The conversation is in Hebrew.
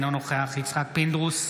אינו נוכח יצחק פינדרוס,